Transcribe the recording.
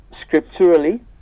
scripturally